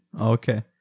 Okay